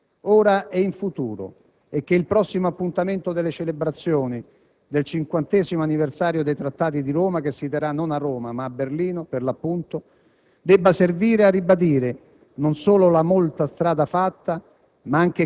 Credo che questo debba essere un elemento fondamentale nella nostra politica, ora e in futuro. Mi auguro che il prossimo appuntamento delle celebrazioni del 50° anniversario dei Trattati di Roma - che si terrà non a Roma, ma a Berlino, per l'appunto